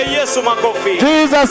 Jesus